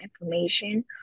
information